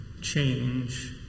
change